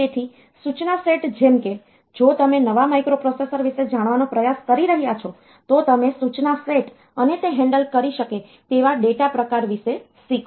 તેથી સૂચના સેટ જેમ કે જો તમે નવા માઇક્રોપ્રોસેસર વિશે જાણવાનો પ્રયાસ કરી રહ્યાં છો તો તમે સૂચના સેટ અને તે હેન્ડલ કરી શકે તેવા ડેટા પ્રકાર વિશે શીખો